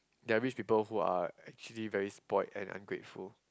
they are rich people who are actually very spoiled and ungrateful